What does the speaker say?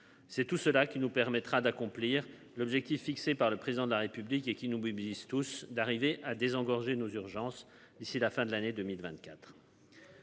C'est tout cela qui nous permettra d'accomplir l'objectif fixé par le président de la République et qui nous mobilise tous d'arriver à désengorger nos urgences d'ici la fin de l'année 2024.